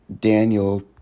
Daniel